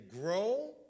grow